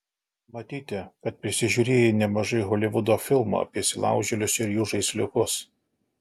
matyti kad prisižiūrėjai nemažai holivudo filmų apie įsilaužėlius ir jų žaisliukus